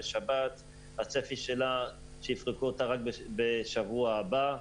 בשבת והצפי הוא שיפרקו אותה רק בשבוע הבא.